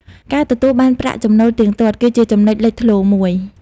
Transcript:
ការទទួលបានប្រាក់ចំណូលទៀងទាត់ គឺជាចំណុចលេចធ្លោមួយ។